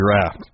draft